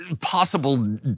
possible